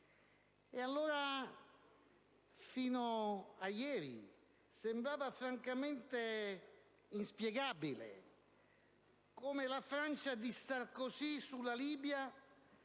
dirsi. Fino a ieri sembrava allora francamente inspiegabile come la Francia di Sarkozy sulla Libia